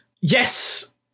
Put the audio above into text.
Yes